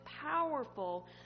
powerful